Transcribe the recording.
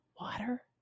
water